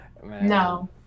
No